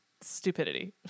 stupidity